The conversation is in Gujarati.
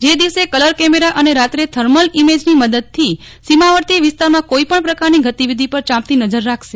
જે દિવસે કલર કેમેરા અને રાત્રે થર્મલ ઈમેજની મદદથી સીમાવર્તી વિસ્તારમાં કોઈ પણ પ્રકારની ગતિવિધિ પર ચાંપતી નજર રાખશે